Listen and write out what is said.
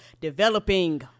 developing